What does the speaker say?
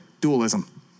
dualism